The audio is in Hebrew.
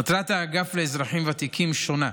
מטרת האגף לאזרחים ותיקים שונה.